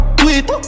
tweet